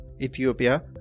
Ethiopia